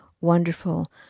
wonderful